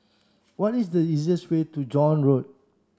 what is the easiest way to John Road